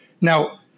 now